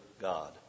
God